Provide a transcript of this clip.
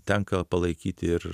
tenka palaikyti ir